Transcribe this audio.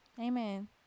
Amen